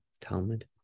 Talmud